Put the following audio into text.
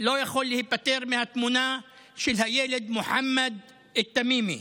לא יכול להיפטר מהתמונה של הילד מוחמד א-תמימי,